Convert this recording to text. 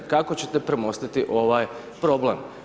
Kako ćete premostiti ovaj problem?